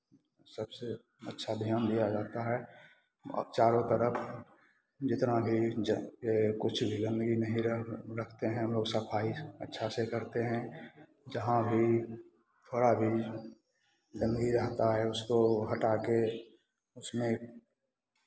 सबसे अच्छा ध्यान दिया जाता है और चारों तरफ जितना भी कुछ भी गंदगी नहीं रखते हैं हम लोग सफाई अच्छा से करते हैं जहाँ भी थोड़ा भी गंदगी रहता है उसको हटा के उसमें